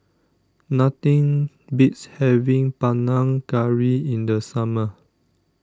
nothing beats having Panang Curry in the summer